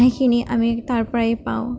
সেইখিনি আমি তাৰপৰাই পাওঁ